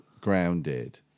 grounded